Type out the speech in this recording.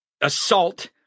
assault